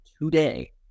today